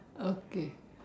okay